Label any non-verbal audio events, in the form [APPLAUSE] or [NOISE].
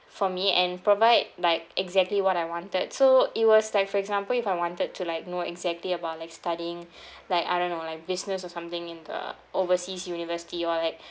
for me and provide like exactly what I wanted so it was like for example if I wanted to like know exactly about like studying [BREATH] like I don't know like business or something in the overseas university or like